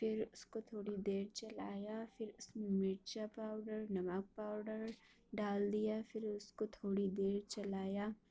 پھر اس کو تھوڑی دیر چلایا پھر اس میں مرچا پاؤڈر نمک پاؤڈر ڈال دیا پھر اس کو تھوڑی دیر چلایا